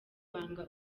banga